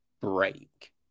break